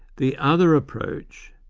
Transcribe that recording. the other approach,